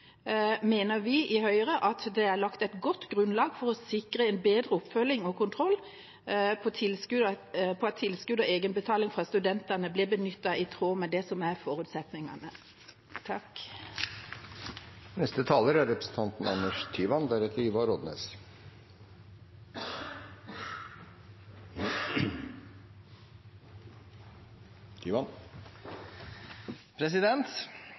mener vi i Høyre at det er lagt et godt grunnlag for å sikre en bedre oppfølging av og kontroll med at tilskudd og egenbetaling fra studentene blir benyttet i tråd med det som er forutsetningene.